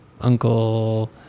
uncle